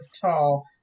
tall